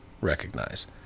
recognize